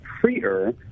freer